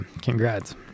Congrats